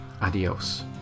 Adios